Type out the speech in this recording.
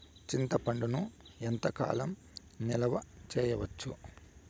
చింతపండును ఎంత కాలం నిలువ చేయవచ్చు?